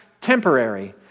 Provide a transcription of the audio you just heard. temporary